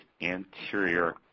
anterior